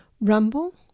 Rumble